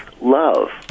love